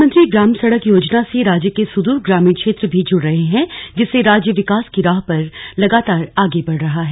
प्रधानमंत्री ग्राम सड़क योजना से राज्य के सूदूर ग्रामीण क्षेत्र भी जुड़ रहे हैं जिससे राज्य विकास की राह पर लगातार आगे बढ़ रहा है